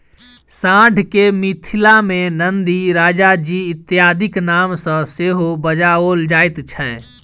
साँढ़ के मिथिला मे नंदी, राजाजी इत्यादिक नाम सॅ सेहो बजाओल जाइत छै